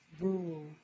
rule